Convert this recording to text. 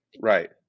Right